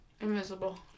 Invisible